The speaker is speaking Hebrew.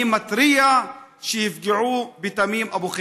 אני מתריע שיפגעו בתמים אבו חיט.